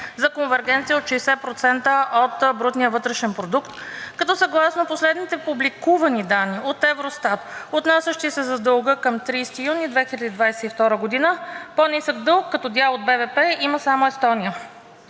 за конвергенция от 60% от брутния вътрешен продукт, като съгласно последните публикувани данни от Евростат, отнасящи се за дълга към 30 юни 2022 г., по-нисък дълг като дял от БВП има само Естония.